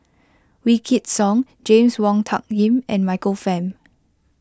Wykidd Song James Wong Tuck Yim and Michael Fam